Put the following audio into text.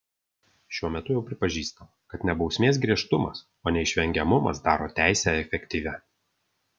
šiuo metu jau pripažįstama kad ne bausmės griežtumas o neišvengiamumas daro teisę efektyvią